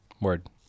Word